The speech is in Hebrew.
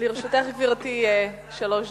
לרשותך, גברתי, שלוש דקות.